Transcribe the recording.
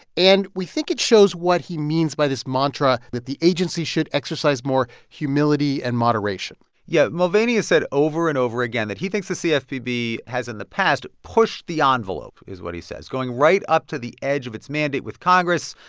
and we think it shows what he means by this mantra that the agency should exercise more humility and moderation yeah. mulvaney has said over and over again that he thinks the cfpb has, in the past, pushed the ah envelope is what he says going right up to the edge of its mandate with congress,